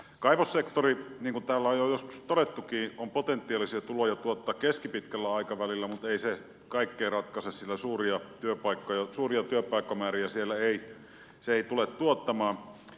kaivossektorilla niin kuin täällä on jo joskus todettukin on potentiaalisia tuloja tuottaa keskipitkällä aikavälillä mutta ei se kaikkea ratkaise sillä suuria työpaikkamääriä se ei tule tuottamaan